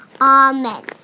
amen